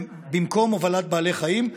במקום הובלת בעלי חיים,